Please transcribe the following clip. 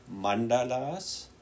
mandalas